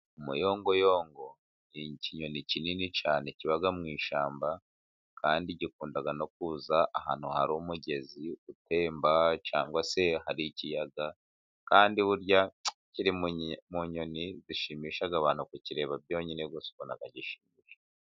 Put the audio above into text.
Umuyongoyongo ni ikinyoni kinini cyane. Kiba mu ishyamba kandi gikunda no kuza ahantu hari umugezi utemba, cyangwa se hari ikiyaga. Kandi burya kiri mu nyoni zishimisha abantu, kukireba byonyine gusa ubona gishimishije.